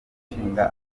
ishinga